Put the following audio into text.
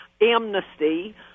amnesty